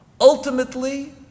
ultimately